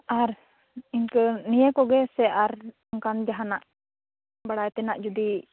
ᱟᱨ ᱤᱱᱠᱟᱹ ᱱᱤᱭᱟᱹ ᱠᱚᱜᱮ ᱥᱮ ᱟᱨ ᱚᱱᱠᱟᱱ ᱡᱟᱦᱟᱸᱱᱟᱜ ᱵᱟᱲᱟᱭ ᱛᱮᱱᱟᱜ ᱡᱩᱫᱤ